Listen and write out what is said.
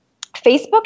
Facebook